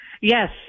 Yes